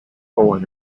owen